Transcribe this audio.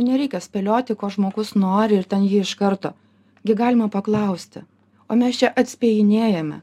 nereikia spėlioti ko žmogus nori ir ten jį iš karto gi galima paklausti o mes čia atspėjinėjame